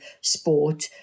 sport